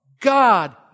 God